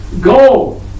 go